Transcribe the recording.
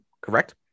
correct